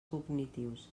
cognitius